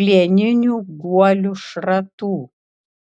plieninių guolių šratų